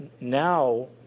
now